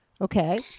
Okay